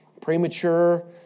premature